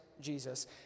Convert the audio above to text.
Jesus